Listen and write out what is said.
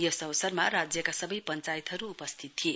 यस अवसरमा राज्यका सबै पश्चायतहरू उपस्थित थिए